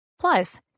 Plus